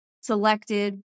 selected